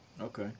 Okay